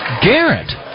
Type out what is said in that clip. Garrett